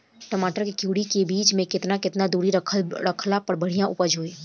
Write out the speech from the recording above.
टमाटर के क्यारी के बीच मे केतना केतना दूरी रखला पर बढ़िया उपज होई?